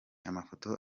amafoto